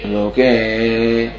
okay